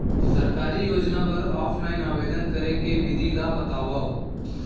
सरकारी योजना बर ऑफलाइन आवेदन करे के विधि ला बतावव